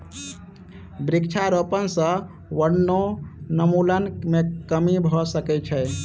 वृक्षारोपण सॅ वनोन्मूलन मे कमी भ सकै छै